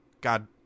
God